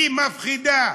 היא מפחידה.